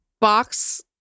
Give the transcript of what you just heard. box